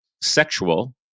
sexual